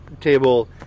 Table